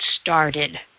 started